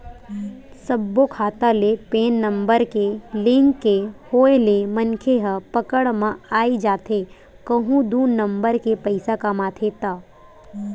सब्बो खाता ले पेन नंबर के लिंक के होय ले मनखे ह पकड़ म आई जाथे कहूं दू नंबर के पइसा कमाथे ता